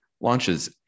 launches